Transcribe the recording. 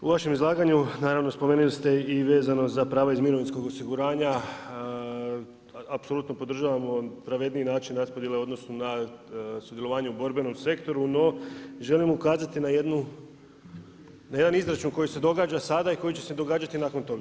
U vašem izlaganju, naravno spomenuli ste i vezano za prava iz mirovinskog osiguranja, apsolutno podržavamo pravedniji način raspodjele u odnosu na sudjelovanje u borbenom sektoru, no želim ukazati na jedan izračun koji se događa sada i koji će se događati nakon toga.